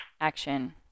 action